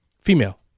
female